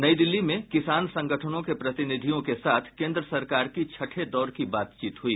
नई दिल्ली में किसान संगठनों के प्रतिनिधियों के साथ केन्द्र सरकार की छठे दौर की बातचीत हुई